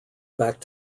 back